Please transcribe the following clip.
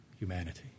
humanity